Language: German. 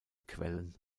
quellen